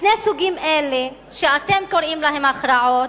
שני סוגים אלה, שאתם קוראים להם הכרעות,